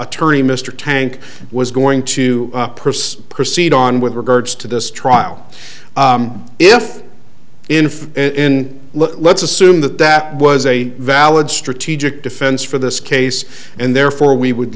attorney mr tank was going to proceed on with regards to this trial if in from in let's assume that that was a valid strategic defense for this case and therefore we would